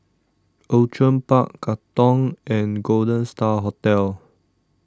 Outram Park Katong and Golden Star Hotel